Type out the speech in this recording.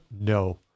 No